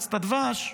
למועצת הדבש,